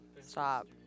Stop